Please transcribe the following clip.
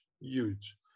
huge